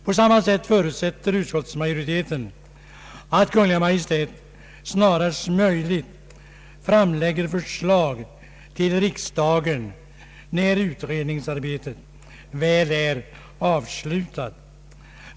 Utskottsmajoriteten förutsätter att Kungl. Maj:t snarast möjligt framlägger förslag till riksdagen när utredningsarbetet väl är avslutat.